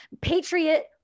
Patriot